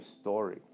story